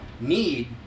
need